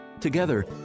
Together